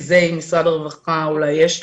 אולי למשרד הרווחה יש.